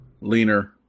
leaner